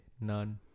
none